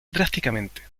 drásticamente